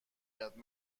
یاد